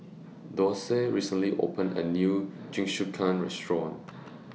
Dorsey recently opened A New Jingisukan Restaurant